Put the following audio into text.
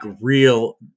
real